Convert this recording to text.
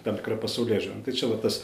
tam tikra pasaulėžiūra nu tai čia va tas